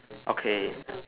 okay